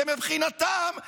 כי מבחינתם,